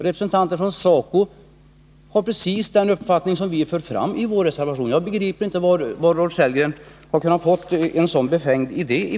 Representanter för SF, TCO-S och SACO har precis den uppfattning som vi fört fram i vår reservation. Jag begriper inte varifrån Rolf Sellgren har kunnat få en så befängd idé.